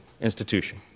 institution